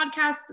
podcast